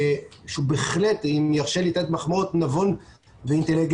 שהוא בהחלט אם יורשה לי לתת מחמאות נבון ואינטליגנט,